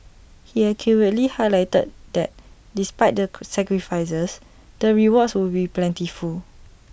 he accurately highlighted that despite the sacrifices the rewards would be plentiful